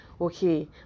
Okay